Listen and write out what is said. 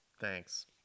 Thanks